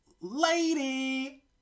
lady